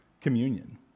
communion